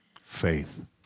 Faith